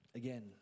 Again